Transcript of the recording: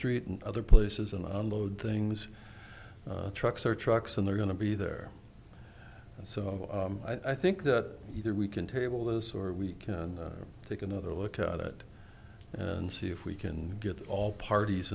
street and other places and unload things trucks or trucks and they're going to be there and so i think that either we can table this or we take another look at it and see if we can get all parties